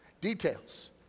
Details